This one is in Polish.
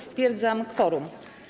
Stwierdzam kworum.